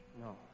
No